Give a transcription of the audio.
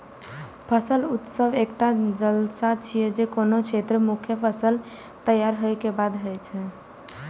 फसल उत्सव एकटा जलसा छियै, जे कोनो क्षेत्रक मुख्य फसल तैयार होय के बाद होइ छै